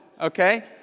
okay